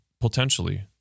potentially